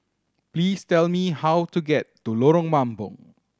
please tell me how to get to Lorong Mambong